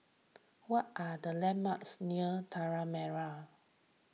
what are the landmarks near Tanah Merah